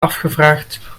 afgevraagd